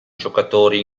giocatori